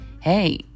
Hey